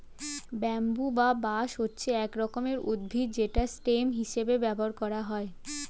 bamboo বা বাঁশ হচ্ছে এক রকমের উদ্ভিদ যেটা স্টেম হিসেবে ব্যবহার করা হয়